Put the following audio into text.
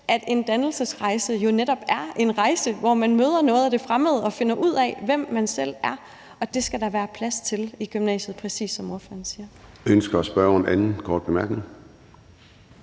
at en dannelsesrejse jo netop er en rejse, hvor man møder noget af det fremmede og finder ud af, hvem man selv er, og det skal der være plads til i gymnasiet, præcis som ordføreren siger.